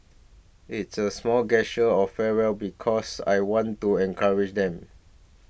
it's a small gesture of fair well because I want to encourage them